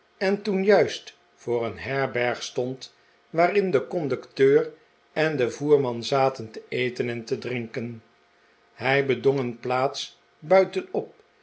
en toen juist voor een herberg stond waarin de conducteur en de voerman zaten te eten en te drinken hij bedong een plaats buitenop